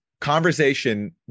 conversation